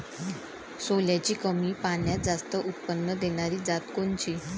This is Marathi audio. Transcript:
सोल्याची कमी पान्यात जास्त उत्पन्न देनारी जात कोनची?